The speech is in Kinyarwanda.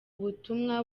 butumwa